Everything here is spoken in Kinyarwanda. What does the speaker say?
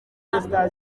anta